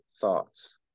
thoughts